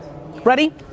Ready